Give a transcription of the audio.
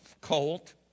colt